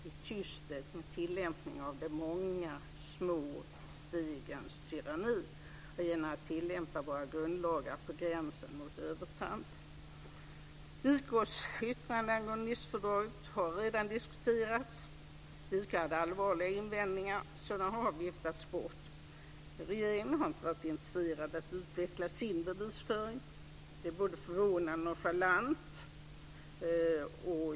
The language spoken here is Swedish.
I tysthet med tillämpning av de många små stegens tyranni och genom att tillämpa våra grundlagar på gränsen till övertramp. JK:s yttrande angående Nicefördraget har redan diskuterats. JK hade allvarliga invändningar. Sådana har viftats bort. Regeringen har inte varit intresserad av att utveckla sin bevisföring. Det är både förvånande och nonchalant.